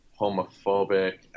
homophobic